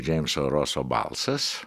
džeimso roso balsas